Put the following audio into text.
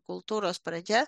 kultūros pradžia